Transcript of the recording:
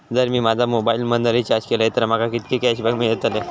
जर मी माझ्या मोबाईल मधन रिचार्ज केलय तर माका कितके कॅशबॅक मेळतले?